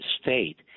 state